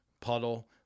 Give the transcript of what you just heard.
puddle